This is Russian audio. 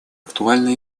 актуально